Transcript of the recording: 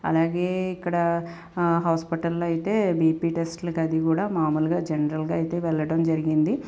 అలాగే ఇక్కడ హాస్పిటల్లో అయితే బీపీ టెస్ట్లు అది కూడా మామూలుగా జనరల్గా అయితే వెళ్లడం జరిగింది